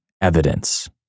evidence